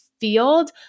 field